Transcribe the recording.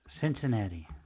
Cincinnati